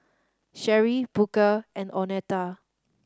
Sheri Booker and Oneta